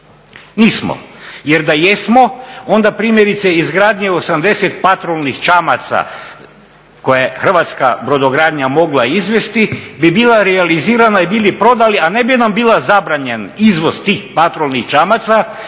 Nismo jer da jesmo onda primjerice izgradnje 80 patrolnih čamaca koje je hrvatska brodogradnja mogla izvesti bi bila realizirana i bili prodali, a ne bi nam bio zabranjen izvoz tih patrolnih čamaca